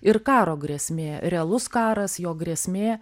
ir karo grėsmė realus karas jo grėsmė